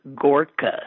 Gorka